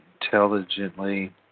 intelligently